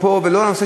למה זה